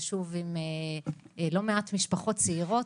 יישוב עם לא מעט משפחות צעירות.